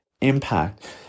impact